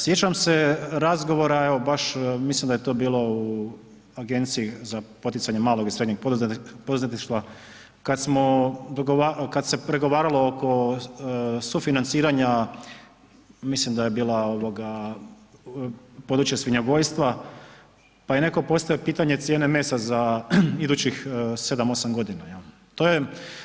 Sjećam se razgovora, evo baš mislim da je to bilo u Agenciji za poticanje malog i srednjeg poduzetništva kad se pregovaralo oko sufinanciranja, mislim da je područje svinjogojstva pa je neko postavio pitanje cijene mesa za idućih sedam, osam godina jel.